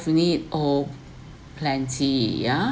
need oh plenty ya